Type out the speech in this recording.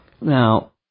Now